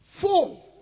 Four